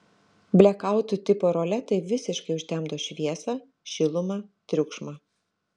blekautų tipo roletai visiškai užtemdo šviesą šilumą triukšmą